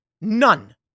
None